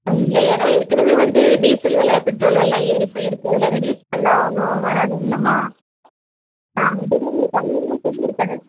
இல்லை ஏன்னா ஏற்கனவே வந்து டீசல் வில பெட்ரோல் விலலா ஏறிப் போயிருக்கு இதில் ரெடியூஸ் பண்ணா ஒன்றும் வராதுங்களம்மா நான் ஆல்ரெடி உங்களுக்கு கம்மியாக தான் சொல்லியிருக்கேன்